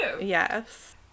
Yes